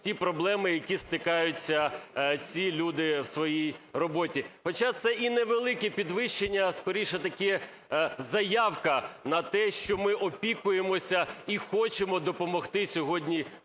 ті проблеми, з якими стикаються ці люді в своїй роботі. Хоча це і невелике підвищення, скоріше, така заявка на те, що ми опікуємося і хочемо допомогти сьогодні